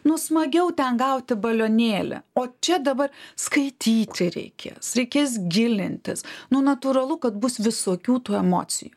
nu smagiau ten gauti balionėlį o čia dabar skaityti reikės reikės gilintis nu natūralu kad bus visokių tų emocijų